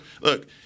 look